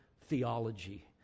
theology